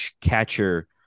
catcher